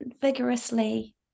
vigorously